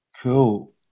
Cool